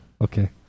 Okay